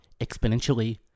exponentially